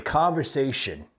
conversation